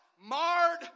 Marred